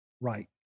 right